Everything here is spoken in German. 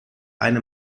eine